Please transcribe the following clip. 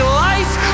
life